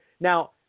Now